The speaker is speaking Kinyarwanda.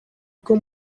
bwo